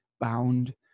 bound